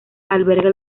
alberga